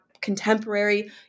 contemporary